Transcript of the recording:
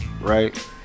right